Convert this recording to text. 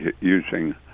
using